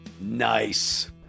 Nice